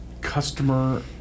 customer